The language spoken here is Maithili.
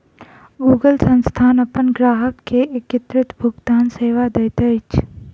गूगल संस्थान अपन ग्राहक के एकीकृत भुगतान सेवा दैत अछि